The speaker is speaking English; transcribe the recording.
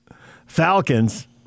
Falcons